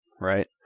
right